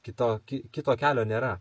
kito ki kito kelio nėra